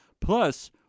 Plus